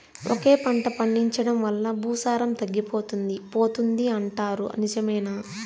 ఒకే పంట పండించడం వల్ల భూసారం తగ్గిపోతుంది పోతుంది అంటారు నిజమేనా